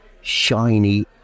shiny